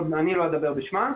אני לא אדבר בשמם.